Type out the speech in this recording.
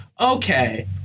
okay